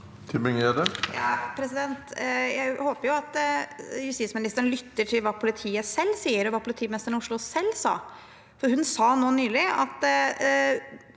Jeg håper at justisministeren lytter til hva politiet selv sier, og hva politimesteren i Oslo selv sa. Hun sa nylig at